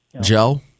Joe